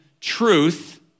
truth